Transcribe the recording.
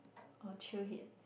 or chill hit